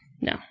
No